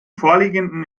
vorliegenden